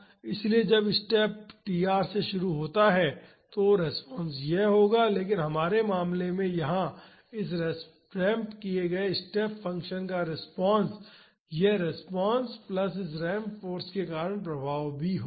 इसलिए जब step tr से शुरू होता है तो रिस्पांस यह होगा लेकिन हमारे मामले में यहां इस रैंप किए गए स्टेप फ़ंक्शन का रिस्पांस यह रिस्पांस प्लस इस रैंप फाॅर्स के कारण प्रभाव भी होगा